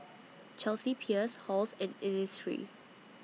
Chelsea Peers Halls and Innisfree